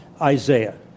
Isaiah